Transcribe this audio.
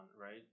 right